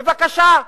בבקשה.